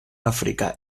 áfrica